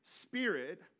spirit